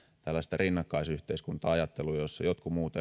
tällaista rinnakkaisyhteiskunta ajattelua jossa jotkut muut